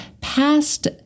past